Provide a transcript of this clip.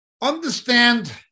Understand